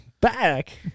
back